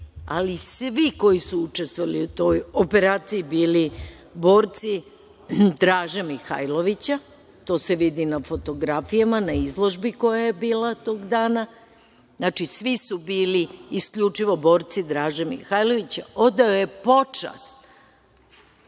ali svi koji su učestvovali u toj operaciji bili borci Draže Mihajlovića, to se vidi i na fotografijama na izložbi koja je bila tog dana. Znači, svi su bili isključivo borci Draže Mihajlovića. Odao je počast